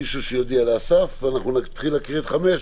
חבר בורסה, חברה מנהלת, קופת גמל,